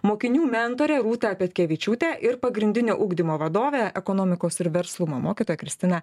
mokinių mentorę rūtą petkevičiūtę ir pagrindinio ugdymo vadovę ekonomikos ir verslumo mokytoją kristiną